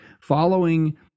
following